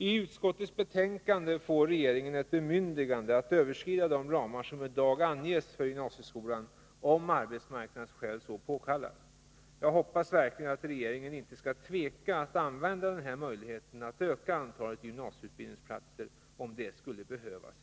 I utskottets betänkande får regeringen ett bemyndigande att överskrida de ramar som i dag anges för gymnasieskolan, om arbetsmarknadsskäl så påkallar. Jag hoppas verkligen att regeringen inte skall tveka att använda denna möjlighet att öka antalet gymnasieutbildningsplatser, om det skulle behövas.